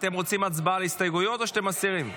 אתם רוצים הצבעה על ההסתייגות או שאתם מסירים?